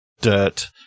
dirt